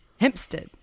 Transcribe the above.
Hempstead